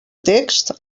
text